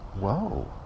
Whoa